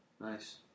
Nice